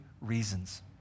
reasons